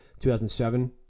2007